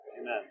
amen